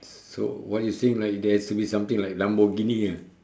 so what you saying there has to be something like Lamborghini ah